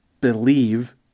believe